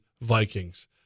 Vikings